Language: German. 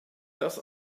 das